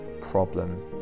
problem